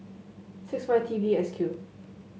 six five T V S Q